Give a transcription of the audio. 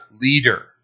leader